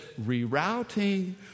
rerouting